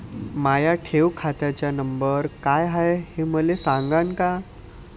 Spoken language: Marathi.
माया ठेव खात्याचा नंबर काय हाय हे मले सांगान का?